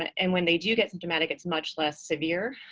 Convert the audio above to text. and when they do get symptomatic, it's much less severe.